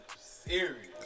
Serious